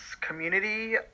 community